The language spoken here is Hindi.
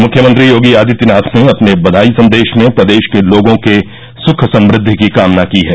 मुख्यमंत्री योगी आदित्यनाथ ने अपने बधाई संदेश में प्रदेश के लोगों के सुख समृद्धि की कामना की हैं